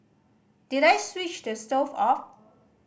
did I switch the stove off